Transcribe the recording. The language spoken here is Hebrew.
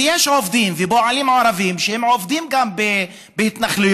ויש עובדים ופועלים ערבים שעובדים גם בהתנחלויות